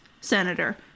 senator